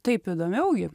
taip įdomiau gi